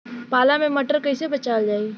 पाला से मटर कईसे बचावल जाई?